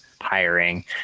hiring